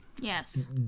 Yes